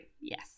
yes